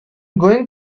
going